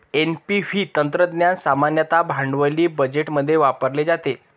NPV तंत्रज्ञान सामान्यतः भांडवली बजेटमध्ये वापरले जाते